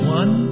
one